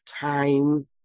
time